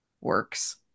works